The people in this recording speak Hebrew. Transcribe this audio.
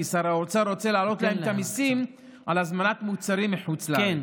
כי שר האוצר רוצה להעלות להם את המיסים על הזמנת מוצרים מחוץ לארץ.